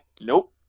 nope